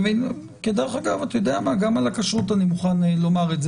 דרך אגב, גם על הכשרות אני מוכן לומר את זה.